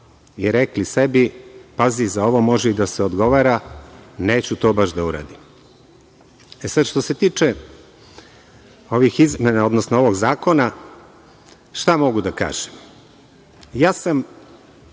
i rekli sebi – pazi, za ovo može i da se odgovora, neću to baš da uradim.E, sad što se tiče ovih izmena, odnosno ovog zakona, šta mogu da kažem? Ja sam